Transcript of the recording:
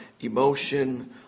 emotion